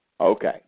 Okay